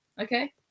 Okay